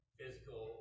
physical